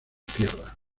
tierra